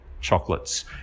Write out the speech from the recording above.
chocolates